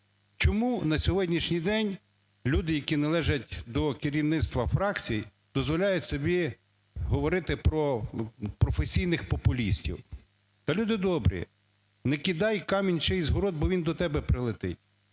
Чому на сьогоднішній день люди, які належать до керівництва фракцій, дозволяють собі говорити про професійних популістів? Та люди добрі, не кидай камінь у чийсь город, бо він до тебе прилетить.